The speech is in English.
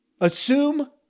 Assume